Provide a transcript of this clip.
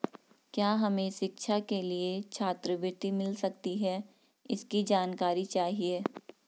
क्या हमें शिक्षा के लिए छात्रवृत्ति मिल सकती है इसकी जानकारी चाहिए?